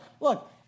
look